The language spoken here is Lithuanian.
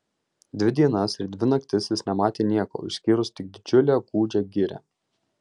dvi dienas ir dvi naktis jis nematė nieko išskyrus tik didžiulę gūdžią girią